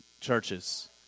churches